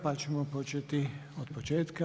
Pa ćemo početi od početka.